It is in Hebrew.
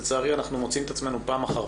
לצערי אנחנו מוצאים את עצמנו פעם אחר